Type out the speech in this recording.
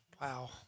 wow